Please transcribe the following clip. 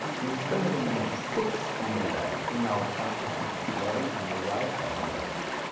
we still have a sum of six on the left and now five plus six is eleven on the right. doesn't work